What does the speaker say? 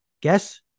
guess